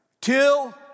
Till